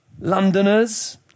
Londoners